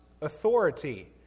authority